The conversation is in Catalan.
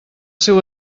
seu